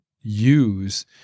use